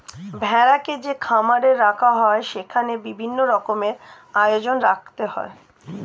ভেড়াকে যে খামারে রাখা হয় সেখানে বিভিন্ন রকমের আয়োজন রাখতে হয়